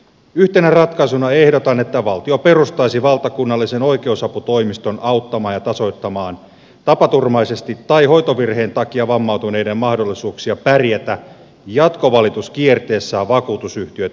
yhtenä ratkaisuna ehdotan että valtio perustaisi valtakunnallisen oikeusaputoimiston auttamaan ja tasoittamaan tapaturmaisesti tai hoitovirheen takia vammautuneiden mahdollisuuksia pärjätä jatkovalituskierteessään vakuutusyhtiöitä vastaan